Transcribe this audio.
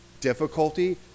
difficulty